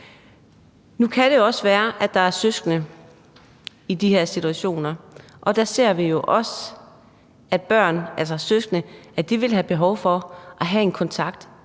Nu kan det også være, at der er søskende i de her situationer, og der ser vi jo også, at børn, altså søskende, vil have behov for at have kontakt